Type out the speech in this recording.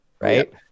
Right